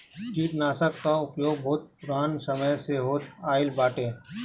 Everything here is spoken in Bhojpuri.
कीटनाशकन कअ उपयोग बहुत पुरान समय से होत आइल बाटे